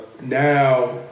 Now